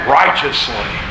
righteously